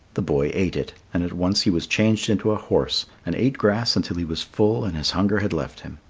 the boy ate it and at once he was changed into a horse and ate grass until he was full and his hunger had left him.